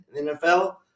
NFL